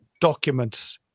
documents